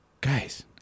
guys